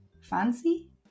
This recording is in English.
fancy